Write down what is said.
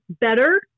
better